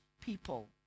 people